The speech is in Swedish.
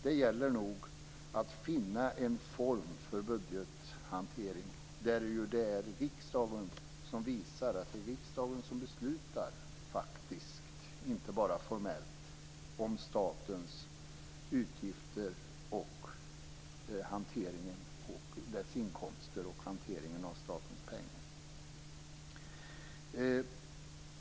Det gäller att finna en form för budgethantering där riksdagen visar att det är riksdagen som beslutar - faktiskt, inte bara formellt - om statens inkomster och utgifter och om hanteringen av statens pengar.